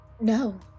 No